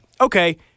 okay